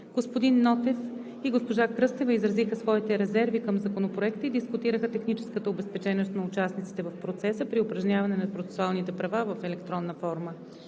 Господин Нотев и госпожа Кръстева изразиха своите резерви към Законопроекта и дискутираха техническата обезпеченост на участниците в процеса при упражняване на процесуалните права в електронна форма.